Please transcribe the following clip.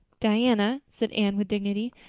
diana, said anne with dignity,